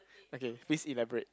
okay please elaborate